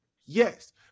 yes